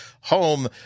home